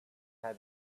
how